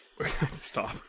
Stop